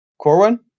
Corwin